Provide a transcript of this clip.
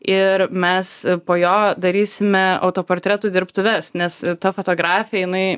ir mes po jo darysime autoportretų dirbtuves nes ta fotografė jinai